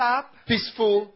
peaceful